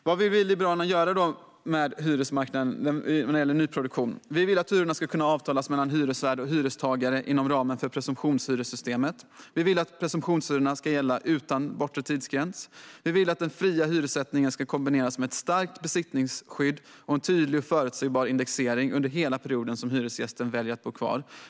Vad vill vi i Liberalerna göra med hyresmarknaden när det gäller nyproduktion? Vi vill att hyrorna ska kunna avtalas mellan hyresvärd och hyrestagare inom ramen för presumtionshyressystemet. Vi vill att presumtionshyrorna ska gälla utan bortre tidsgräns. Vi vill att den fria hyressättningen ska kombineras med ett starkt besittningsskydd och en tydlig och förutsägbar indexering under hela perioden som hyresgästen väljer att bo kvar.